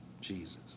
Jesus